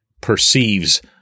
perceives